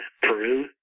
Peru